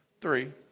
Three